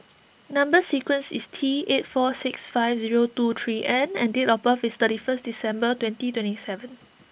Number Sequence is T eight four six five zero two three N and date of birth is thirty first December twenty twenty seven